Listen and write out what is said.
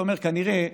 אתה אומר: כנראה,